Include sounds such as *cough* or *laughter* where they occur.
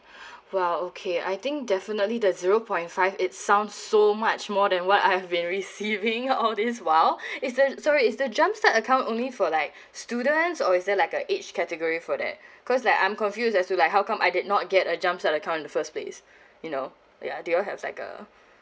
*breath* !wow! okay I think definitely the zero point five it sound so much more than what I've been *laughs* receiving all this while is the sorry is the jump start account only for like students or is it like a age category for that cause like I'm confused that's do like how come I did not get a jump start account at the first place you know y'all uh do y'all have like a